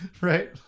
right